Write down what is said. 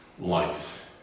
life